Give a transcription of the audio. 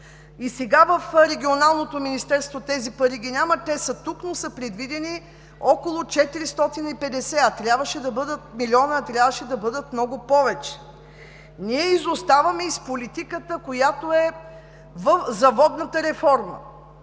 И сега в Регионалното министерство тези пари ги няма – те са тук, но са предвидени около 450, а трябваше на бъдат милион, трябваше да бъдат много повече. Ние изоставаме и с политиката, която е за водната реформа.